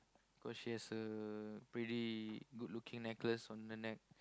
cause she has a pretty good looking necklace on her neck